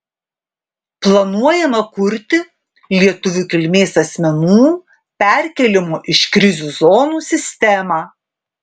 planuojama kurti lietuvių kilmės asmenų perkėlimo iš krizių zonų sistemą